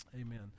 Amen